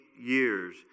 years